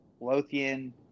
Lothian